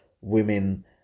women